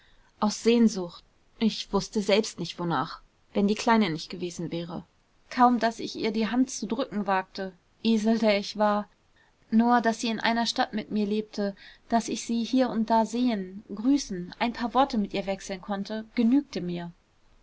aus sehnsucht ich wußte selbst nicht wonach wenn die kleine nicht gewesen wäre kaum daß ich ihr die hand zu drücken wagte esel der ich war nur daß sie in einer stadt mit mir lebte daß ich sie hier und da sehen grüßen ein paar worte mit ihr wechseln konnte genügte mir